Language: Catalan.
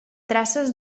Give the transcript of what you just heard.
traces